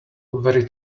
very